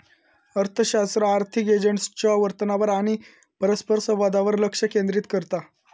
अर्थशास्त्र आर्थिक एजंट्सच्यो वर्तनावर आणि परस्परसंवादावर लक्ष केंद्रित करता